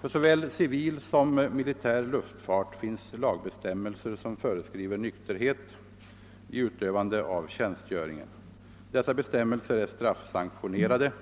För såväl civil som militär luftfart finns lagbestämmelser som föreskriver nykterhet vid utövande av tjänstgöringen. Dessa bestämmelser är straffsanktionerade.